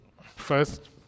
First